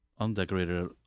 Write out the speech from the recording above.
Undecorated